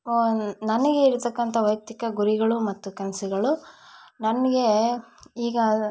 ನನಗೆ ಇರ್ತಕಂಥ ವೈಯಕ್ತಿಕ ಗುರಿಗಳು ಮತ್ತು ಕನಸುಗಳು ನನಗೇ ಈಗ